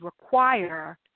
require